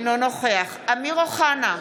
אינו נוכח אמיר אוחנה,